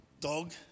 dog